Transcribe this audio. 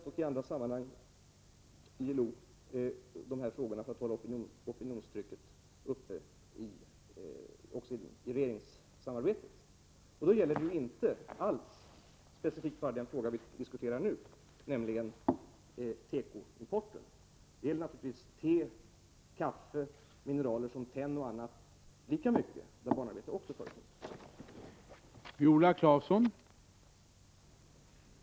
Vi har sannerligen drivit på regeringarna för att hålla opinionstrycket uppe, t.ex. i GATT och i ILO. Då gäller det inte bara den fråga som vi diskuterar nu, nämligen tekoimporten. Det gäller naturligtvis även importen av te, kaffe och mineraler, t.ex. tenn, lika mycket. Barnarbete förekommer ju även i dessa sammanhang.